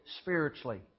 spiritually